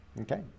Okay